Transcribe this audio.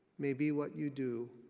may be what you do.